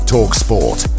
Talksport